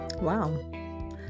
Wow